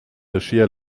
aschia